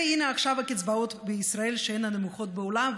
והינה עכשיו: הקצבאות בישראל שהן מהנמוכות בעולם,